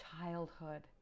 childhood